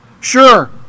Sure